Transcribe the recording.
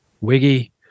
wiggy